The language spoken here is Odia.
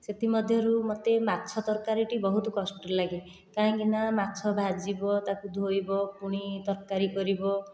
ସେଥିମଧ୍ୟରୁ ମୋତେ ମାଛ ତରକାରୀଟି ବହୁତ କଷ୍ଟ ଲାଗେ କାହିଁକିନା ମାଛ ଭାଜିବ ତାକୁ ଧୋଇବ ପୁଣି ତରକାରୀ କରିବ